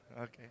okay